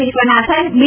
Viswanathan બી